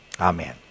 Amen